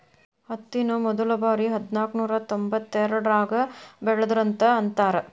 ಹತ್ತಿನ ಮೊದಲಬಾರಿ ಹದನಾಕನೂರಾ ತೊಂಬತ್ತೆರಡರಾಗ ಬೆಳದರಂತ ಅಂತಾರ